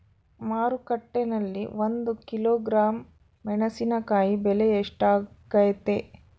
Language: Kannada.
ಮಾರುಕಟ್ಟೆನಲ್ಲಿ ಒಂದು ಕಿಲೋಗ್ರಾಂ ಮೆಣಸಿನಕಾಯಿ ಬೆಲೆ ಎಷ್ಟಾಗೈತೆ?